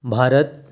Bharat